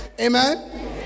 Amen